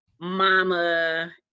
mama